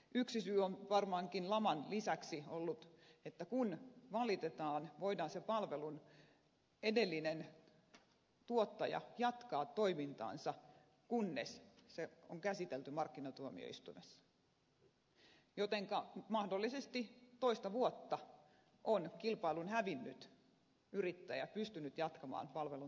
yksi syy on varmaankin laman lisäksi ollut se että kun valitetaan palvelun edellinen tuottaja voi jatkaa toimintaansa kunnes asia on käsitelty markkinatuomioistuimessa jotenka mahdollisesti toista vuotta on kilpailun hävinnyt yrittäjä pystynyt jatkamaan palvelun tuottamista